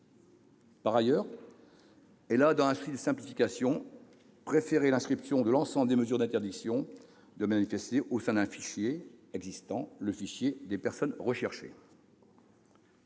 Par ailleurs, elle a préféré, dans un souci de simplification, l'inscription de l'ensemble des mesures d'interdiction de manifester au sein d'un fichier existant : le fichier des personnes recherchées.